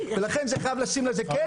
ולכן חייבים לשים לזה קץ.